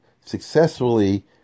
successfully